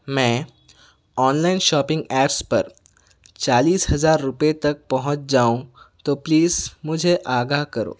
میں online shopping apps پر چالیس ہزار روپے تک پہنچ جاؤں تو پلیز مجھے آگاہ کرو